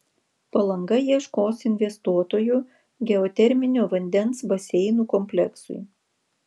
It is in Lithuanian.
palanga ieškos investuotojų geoterminio vandens baseinų kompleksui